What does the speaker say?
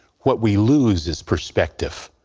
what we lose is perspective.